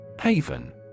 Haven